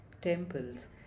temples